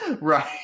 Right